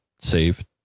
save